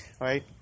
Right